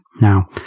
now